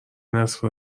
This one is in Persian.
نصف